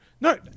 no